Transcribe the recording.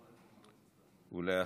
אחריה,